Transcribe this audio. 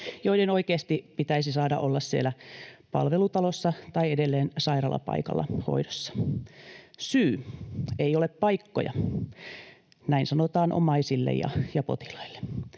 joiden oikeasti pitäisi saada olla siellä palvelutalossa tai edelleen sairaalapaikalla hoidossa. Syy: ei ole paikkoja — näin sanotaan omaisille ja potilaille.